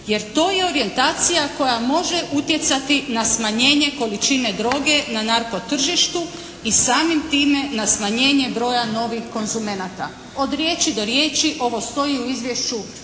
jer to je orijentacija koja može utjecati na smanjenje količine droge na narko tržištu i samim time na smanjenje broja novih konzumenata". Od riječi do riječi ovo stoji u izvješću